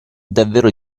davvero